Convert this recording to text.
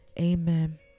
Amen